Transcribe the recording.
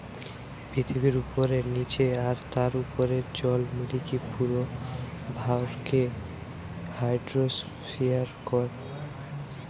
পৃথিবীর উপরে, নীচে আর তার উপরের জল মিলিকি পুরো ভরকে হাইড্রোস্ফিয়ার কয়